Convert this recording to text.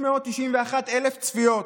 591,000 צפיות.